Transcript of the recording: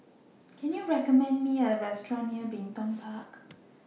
Can YOU recommend Me A Restaurant near Bin Tong Park